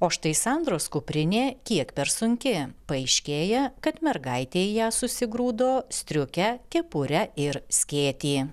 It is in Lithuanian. o štai sandros kuprinė kiek per sunki paaiškėja kad mergaitė į ją susigrūdo striukę kepurę ir skėtį